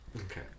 Okay